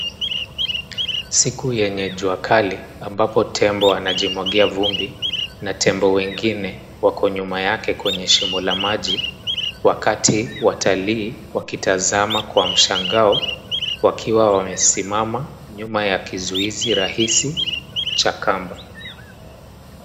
Siku yenye jua kali, ambapo tembo anajimwagia vumbi, na tembo wengine wako nyuma yake kwenye shimo la maji, wakati watalii wakitazama kwa mshangao wakiwa wamesimama nyuma ya kizuizi rahisi cha kamba.